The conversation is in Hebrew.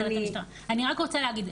אני רק רוצה להגיד,